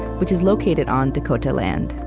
which is located on dakota land.